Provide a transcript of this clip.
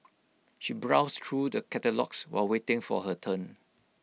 she browsed through the catalogues while waiting for her turn